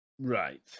Right